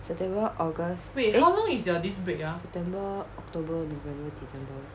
september august eh september october november december